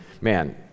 Man